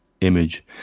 image